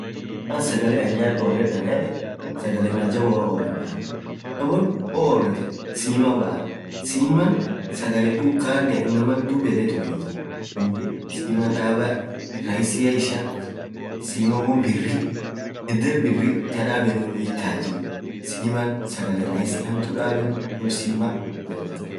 maal sagaalee anin nyaad oreed anaan yedeen, sagalee majaboa oreeda, majabon hoo oreteen siima baa, simaansagalee dukaanean inamaan diib edee tumiietuudabaa issan raahisia simaan sagalee rahisii hamtuu daabenuu duub simaa oreeda.